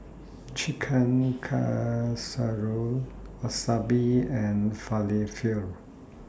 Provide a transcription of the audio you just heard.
Chicken Casserole Wasabi and Falafel